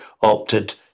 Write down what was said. opted